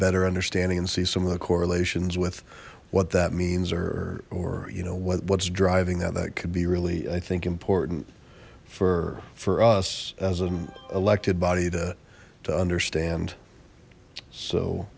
better understanding and see some of the correlations with what that means or you know what's driving that that could be really i think important for for us as an elected body to to understand so